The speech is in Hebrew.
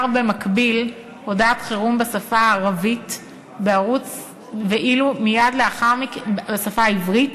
במקביל הודעת חירום בשפה הערבית בערוץ בשפה הערבית,